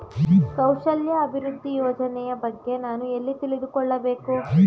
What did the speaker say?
ಕೌಶಲ್ಯ ಅಭಿವೃದ್ಧಿ ಯೋಜನೆಯ ಬಗ್ಗೆ ನಾನು ಎಲ್ಲಿ ತಿಳಿದುಕೊಳ್ಳಬೇಕು?